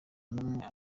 n’umwe